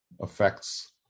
affects